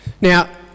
Now